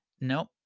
Nope